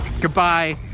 Goodbye